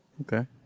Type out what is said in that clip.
okay